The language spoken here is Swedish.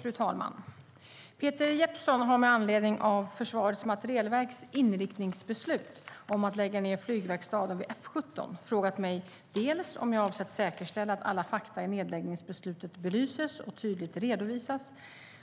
Fru talman! Peter Jeppsson har med anledning av Försvarets materielverks inriktningsbeslut om att lägga ned flygverkstaden vid F 17 frågat mig dels om jag avser att säkerställa att alla fakta i nedläggningsbeslutet belyses och tydligt redovisas,